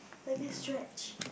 lightly stretch